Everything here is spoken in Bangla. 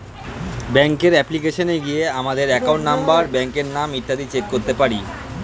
ব্যাঙ্কের অ্যাপ্লিকেশনে গিয়ে আমাদের অ্যাকাউন্ট নম্বর, ব্রাঞ্চের নাম ইত্যাদি চেক করতে পারি